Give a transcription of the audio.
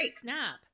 snap